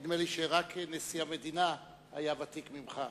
נדמה לי שרק נשיא המדינה היה ותיק ממך.